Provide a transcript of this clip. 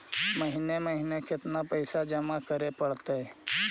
महिने महिने केतना पैसा जमा करे पड़तै?